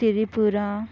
Tripura